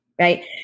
right